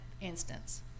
instance